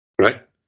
Right